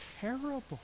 terrible